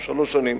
או שלוש שנים,